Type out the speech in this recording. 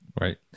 Right